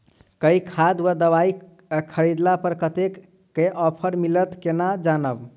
केँ खाद वा दवाई खरीदला पर कतेक केँ ऑफर मिलत केना जानब?